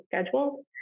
scheduled